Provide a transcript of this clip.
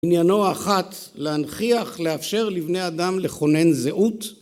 עניינו האחת, להנחיח, לאפשר לבני אדם לכונן זהות